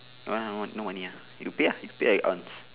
that one no no money ah you pay ah you pay I on